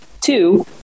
Two